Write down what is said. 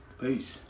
Peace